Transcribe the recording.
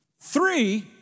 Three